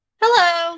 Hello